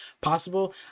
possible